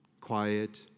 Quiet